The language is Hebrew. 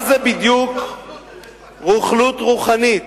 מה זה בדיוק "רוכלות רוחנית"?